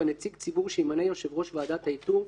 נציג ציבור שימנה יושב ראש ועדת האיתור,